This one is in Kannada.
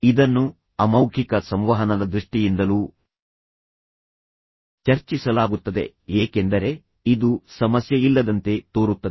ಇದನ್ನು ಅಮೌಖಿಕ ಸಂವಹನದ ದೃಷ್ಟಿಯಿಂದಲೂ ಚರ್ಚಿಸಲಾಗುತ್ತದೆ ಏಕೆಂದರೆ ಇದು ಸಮಸ್ಯೆಯಿಲ್ಲದಂತೆ ತೋರುತ್ತದೆ